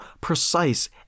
precise